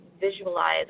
visualize